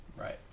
Right